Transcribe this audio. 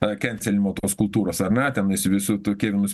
a kenselinimo tos kultūros ane tenais visų tų kilnių